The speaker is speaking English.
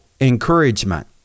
encouragement